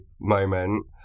moment